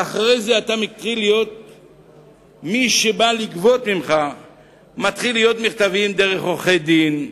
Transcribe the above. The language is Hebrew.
אחרי זה מתחילה התכתבות דרך עורכי-דין.